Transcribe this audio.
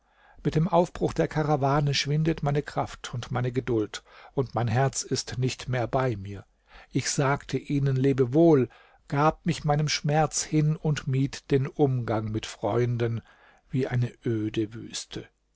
mit dem aufbruch der karawane schwindet meine kraft und meine geduld und mein herz ist nicht mehr bei mir ich sagte ihnen lebewohl gab mich meinem schmerz hin und mied den umgang mit freunden wie eine öde wüste